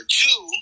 two